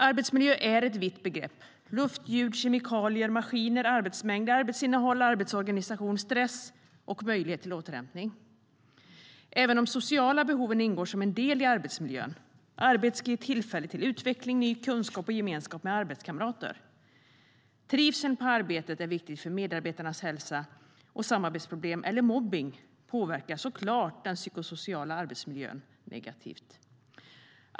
Arbetsmiljö är ett vitt begrepp: luft, ljud, kemikalier, maskiner, arbetsmängd, arbetsinnehåll, arbetsorganisation, stress och möjlighet till återhämtning. Även de sociala behoven ingår som en del i arbetsmiljön. Arbetet ska ge tillfälle till utveckling, ny kunskap och gemenskap med arbetskamrater. Trivseln på arbetet är viktig för medarbetares hälsa, och samarbetsproblem eller mobbning påverkar såklart den psykosociala arbetsmiljön negativt.